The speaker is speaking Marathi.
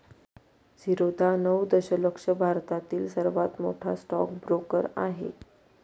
झिरोधा नऊ दशलक्ष भारतातील सर्वात मोठा स्टॉक ब्रोकर आहे